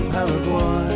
Paraguay